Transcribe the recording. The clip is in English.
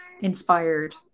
inspired